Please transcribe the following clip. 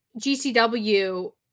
GCW